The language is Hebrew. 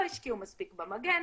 לא השקיעו מספיק במגן.